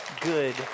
good